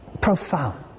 profound